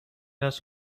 است